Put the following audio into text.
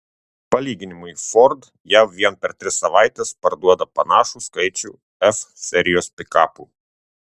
palyginimui ford jav vien per tris savaites parduoda panašų skaičių f serijos pikapų